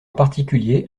particulier